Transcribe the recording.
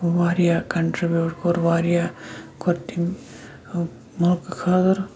واریاہ کَنٹِرٛبیوٗٹ کوٚر واریاہ کوٚر تٔمۍ مُلکہٕ خٲطرٕ